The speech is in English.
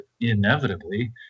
inevitably